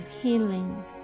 healing